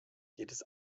jedes